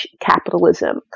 capitalism